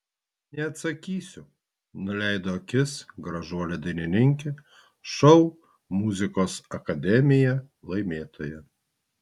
neatsakysiu nuleido akis gražuolė dainininkė šou muzikos akademija laimėtoja